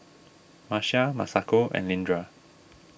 Marcia Masako and Leandra